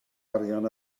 arian